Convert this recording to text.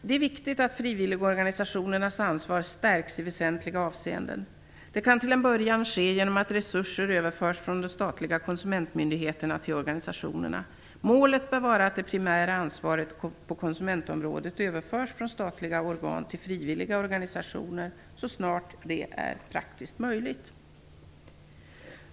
Det är viktigt att frivilligorganisationernas ansvar stärks i väsentliga avseenden. Det kan till en början ske genom att resurser överförs från de statliga konsumentmyndigheterna till organisationerna. Målet bör vara att det primära ansvaret på konsumentområdet överförs från statliga organ till frivilliga organisationer så snart det är praktiskt möjligt.